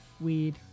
weed